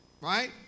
right